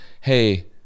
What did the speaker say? hey